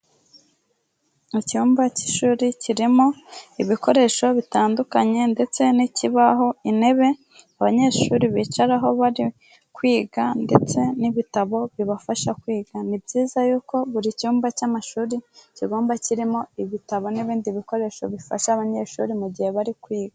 Mu cyumba cy'ishuri kirimo ibikoresho bitandukanye ndetse n'ikibaho, intebe abanyeshuri bicaraho bari kwiga ndetse n'ibitabo bibafasha kwiga. Ni byiza yuko buri cyumba cy'amashuri, kigomba kirimo ibitabo n'ibindi bikoresho bifasha abanyeshuri mu gihe bari kwiga.